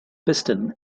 piston